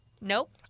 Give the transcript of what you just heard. Nope